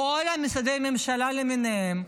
כל משרדי הממשלה למיניהם,